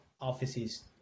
offices